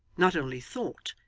not only thought,